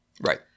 Right